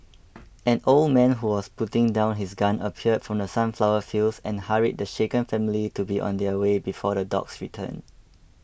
an old man who was putting down his gun appeared from the sunflower fields and hurried the shaken family to be on their way before the dogs return